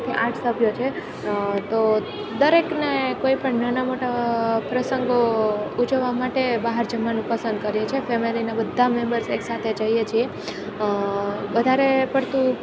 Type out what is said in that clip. આઠ સભ્યો છે તો દરેકને કોઈપણ નાના મોટા પ્રસંગો ઉજવવા માટે બહાર જમવાનું પસંદ કરીએ છીએ ફેમેલીના બધા મેમ્બર્સ એકસાથે જઈએ છીએ વધારે પડતું